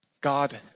God